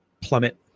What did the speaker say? plummet